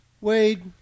Wade